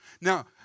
Now